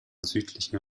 südlichen